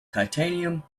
titanium